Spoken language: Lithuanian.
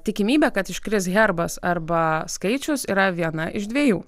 tikimybė kad iškris herbas arba skaičius yra viena iš dviejų